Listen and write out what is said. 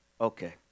Okay